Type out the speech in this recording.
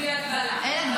בלי הגבלה.